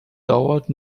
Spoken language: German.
dauert